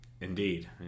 indeed